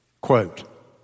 Quote